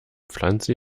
pflanze